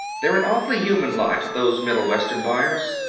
they're an awfully human lot, those middle western buyers.